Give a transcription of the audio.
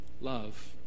Love